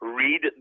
read